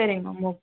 சரிங்க ma'am okay